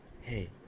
hey